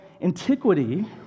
antiquity